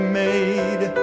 made